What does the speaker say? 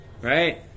Right